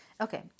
Okay